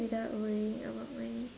without worrying about money